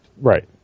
Right